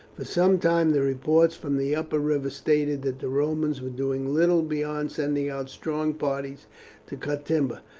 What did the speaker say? for some time the reports from the upper river stated that the romans were doing little beyond sending out strong parties to cut timber.